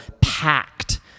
packed